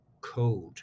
code